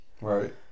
right